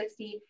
60